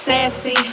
Sassy